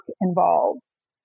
involves